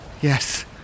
Yes